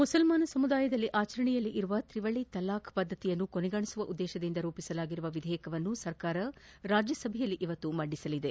ಮುಸಲ್ಮಾನ ಸಮುದಾಯದಲ್ಲಿ ಆಚರಣೆಯಲ್ಲಿರುವ ತ್ರಿವಳಿ ತಲಾಕ್ ಪದ್ದತಿಯನ್ನು ಕೊನೆಗಾಣಿಸುವ ಉದ್ದೇಶದಿಂದ ರೂಪಿಸಲಾಗಿರುವ ವಿಧೇಯಕವನ್ನು ಸರ್ಕಾರ ರಾಜ್ಯಸಭೆಯಲ್ಲಿಂದು ಮಂಡಿಸಲಿದೆ